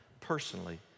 personally